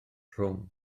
rhwng